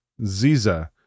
Ziza